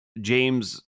james